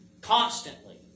constantly